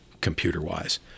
computer-wise